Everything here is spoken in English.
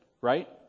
right